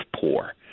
poor